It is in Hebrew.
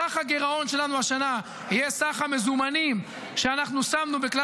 סך הגירעון שלנו השנה יהיה סך המזומנים שאנחנו שמנו בכלל